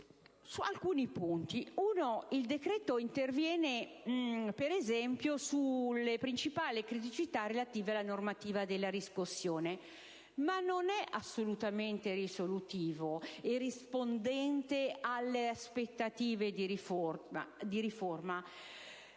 particolare. Il decreto interviene, per esempio, sulle principali criticità relative alla normativa sulla riscossione, ma non appare risolutivo e rispondente alle aspettative di riforma,